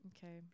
Okay